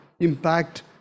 impact